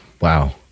Wow